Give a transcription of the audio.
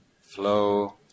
flow